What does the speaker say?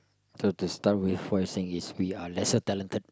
to to start with what you are saying is we are lesser talented